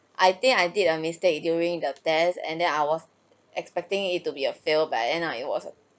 I think I did a mistake during the test and then I was expecting it to be a fail but end up it was